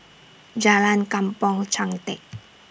Jalan Kampong Chantek